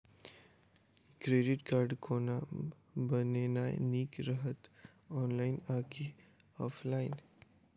Credit card कोना बनेनाय नीक रहत? ऑनलाइन आ की ऑफलाइन?